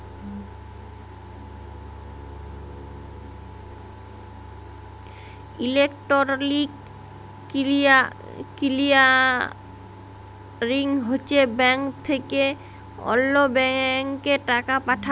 electronic clearing হছে bank থ্যাকে অল্য ব্যাংকে টাকা পাঠাল